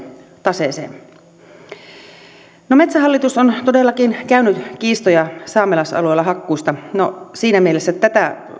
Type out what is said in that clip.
taseeseen metsähallitus on todellakin käynyt kiistoja saamelaisalueilla hakkuista siinä mielessä tätä